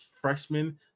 freshman